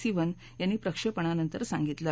सिवन यांनी प्रक्षेपणानंतर सांगितलं